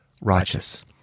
Righteous